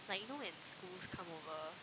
like you know when schools come over